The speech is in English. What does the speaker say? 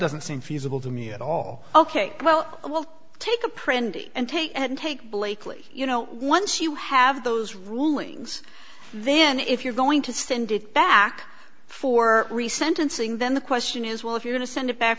doesn't seem feasible to me at all ok well i will take a print and take and take blakeley you know once you have those rulings then if you're going to send it back for re sentencing then the question is well if you're going to send it back